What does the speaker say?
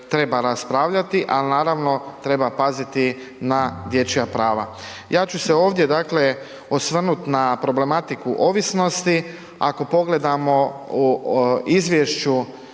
treba raspravljati, al naravno treba paziti na dječja prava. Ja ću se ovdje, dakle, osvrnut na problematiku ovisnosti, ako pogledamo u izvješću